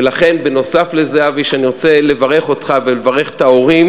אבל יש לו דבר אחד מאחד: